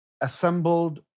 assembled